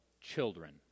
children